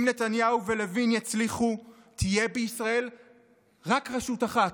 אם נתניהו ולוין יצליחו, תהיה בישראל רק רשות אחת,